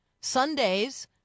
Sundays